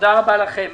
רבה לכם.